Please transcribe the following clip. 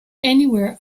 anywhere